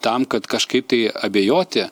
tam kad kažkaip tai abejoti